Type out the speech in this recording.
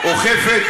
דברים לא נכונים,